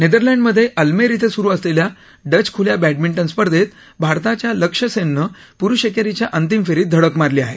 नेदरलंडमध्ये Almere इथं सुरू असलेल्या डच खुल्या बॅडमिंटन स्पर्धेत भारताच्या लक्ष्य सेन नं पुरुष एकेरीच्या अंतिम फेरीत धडक मारली आहे